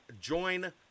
join